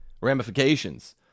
ramifications